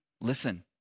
listen